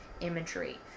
imagery